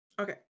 Okay